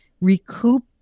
recoup